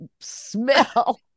smell